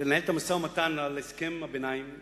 לנהל את המשא-ומתן על הסכם הביניים השני,